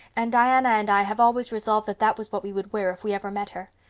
and diana and i have always resolved that that was what we would wear if we ever met her.